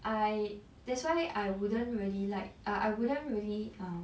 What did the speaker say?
I that's why I wouldn't really like ah I wouldn't really um